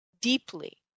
deeply